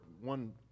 one